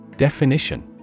Definition